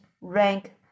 rank